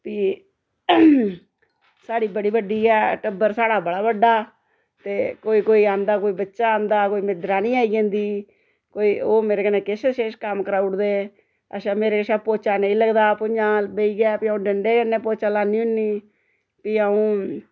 फ्ही साढ़ी बड़ी बड्डी ऐ टब्बर साढ़ा बड़ा बड्डा ते कोई कोई आंदा कोई बच्चा आंदा कोई मेरी दरानी आई जन्दी कोई ओह् मेरे कन्नै किश शिश कम्म कराई ओड़दे अच्छा मेरे शा पौचा नेईं लगदा भु'ञां बेहियै फ्ही अ'ऊं डंडे कन्नै पौचा लानी हुन्नी फ्ही अ'ऊं